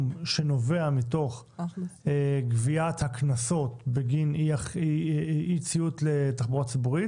שנובע מתוך גביית הקנסות בגין אי ציות לתחבורה ציבורית